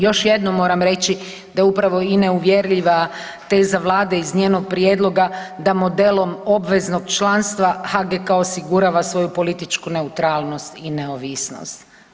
Još jednom moram reći da upravo i neuvjerljiva teza Vlade iz njenog prijedloga da modelom obveznog članstva HGK osigurava svoju političku neutralnost i neovisnost.